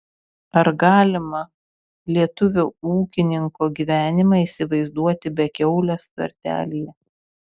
ar galima lietuvio ūkininko gyvenimą įsivaizduoti be kiaulės tvartelyje